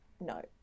no